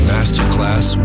Masterclass